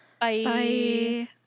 Bye